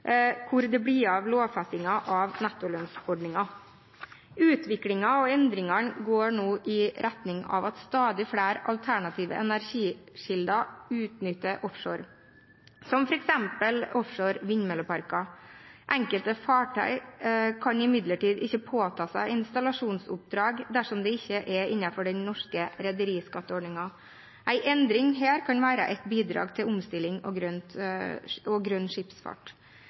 hvor det blir av lovfestingen av nettolønnsordningen. Utviklingen og endringene går nå i retning av at stadig flere alternative energikilder utnytter offshore, som f.eks. offshore vindmølleparker. Enkelte fartøy kan imidlertid ikke påta seg installasjonsoppdrag dersom det ikke er innenfor den norske rederiskatteordningen. En endring her kan være et bidrag til omstilling og